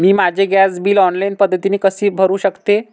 मी माझे gas bill online पद्धतीने कसे भरु शकते?